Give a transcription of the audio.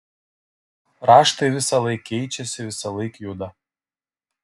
raštai visąlaik keičiasi visąlaik juda